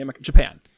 Japan